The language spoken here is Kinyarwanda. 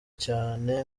cyane